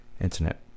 internet